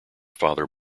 father